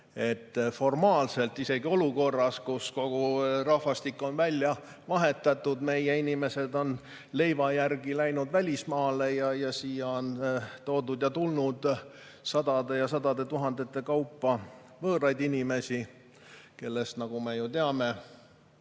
Formaalselt isegi olukorras, kus kogu rahvastik on välja vahetatud, meie inimesed on leiva järgi läinud välismaale ja siia on toodud ja tulnud sadade ja sadade tuhandete kaupa võõraid inimesi, kellest, nagu me ju teame,